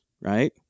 right